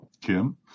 Kim